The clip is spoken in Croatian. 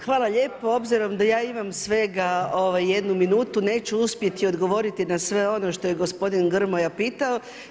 Hvala lijepo, obzirom da ja imam svega 1 minutu, neću uspjeti odgovoriti na sve ono što je gospodin Grmoja pitao.